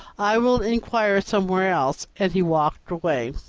i will inquire somewhere else, and he walked away.